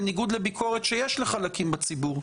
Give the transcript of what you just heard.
בניגוד לביקורת שיש לחלקים בציבור,